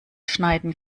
schneiden